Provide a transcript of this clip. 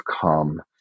come